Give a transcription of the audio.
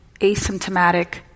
asymptomatic